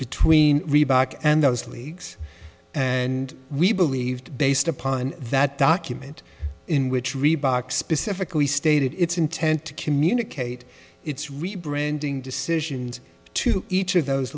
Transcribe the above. between reebok and those leagues and we believed based upon that document in which reebok specifically stated its intent to communicate its rebranding decisions to each of those